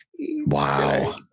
Wow